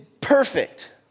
perfect